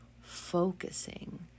focusing